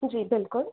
जी बिल्कुलु